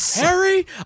Harry